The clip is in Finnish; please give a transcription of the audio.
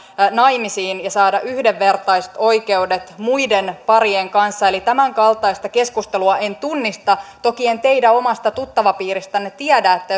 naimisiin ja saada yhdenvertaiset oikeudet muiden parien kanssa eli tämänkaltaista keskustelua en tunnista toki en teidän omasta tuttavapiiristänne tiedä että